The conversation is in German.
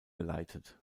geleitet